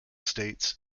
states